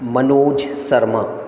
Manoj Sharma